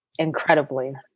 incredibly